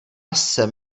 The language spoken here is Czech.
jsem